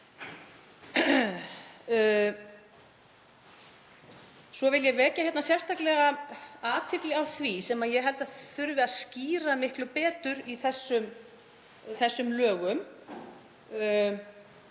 Svo vil ég vekja sérstaklega athygli á því sem ég held að þurfi að skýra miklu betur í þessum lögum,